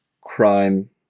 crime